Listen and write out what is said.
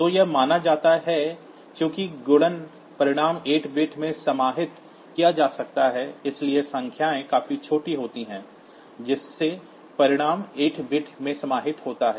तो यह माना जाता है कि चूँकि गुणन परिणाम 8bit में समाहित किया जा सकता है इसलिए संख्याएँ काफी छोटी होती हैं जिससे परिणाम 8bit में समाहित होता है